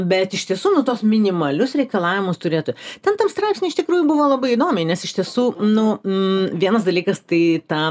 bet iš tiesų nuo tos minimalius reikalavimus turėtų ten tam straipsny iš tikrųjų buvo labai įdomiai nes iš tiesų nu vienas dalykas tai tą